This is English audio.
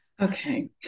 okay